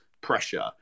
pressure